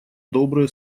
добрые